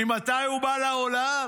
מתי הוא בא לעולם?